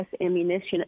ammunition